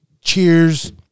Cheers